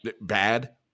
bad